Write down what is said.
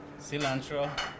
cilantro